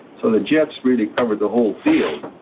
so the jets really covered the whole field.